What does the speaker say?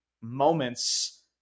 moments